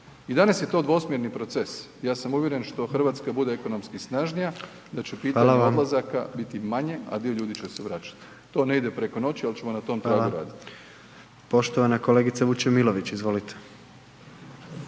I danas je to dvosmjerni proces, ja sam uvjeren, što Hrvatska bude ekonomski snažnija, da će pitanje odlazaka biti manje a dio ljudi će se vraćati. To ne ide preko noći pa ćemo na tom tragu i raditi. **Jandroković, Gordan